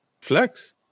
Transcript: Flex